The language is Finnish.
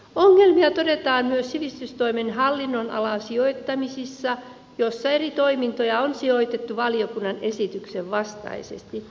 ongelmia todetaan myös sivistystoimen hallinnonalan sijoittamisissa joissa eri toimintoja on sijoitettu valiokunnan esityksen vastaisesti